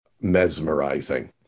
mesmerizing